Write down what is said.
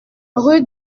rue